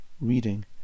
reading